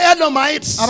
Edomites